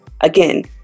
Again